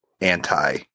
anti